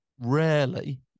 rarely